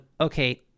okay